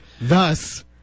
Thus